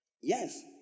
Yes